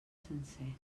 sencer